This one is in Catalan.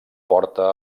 porta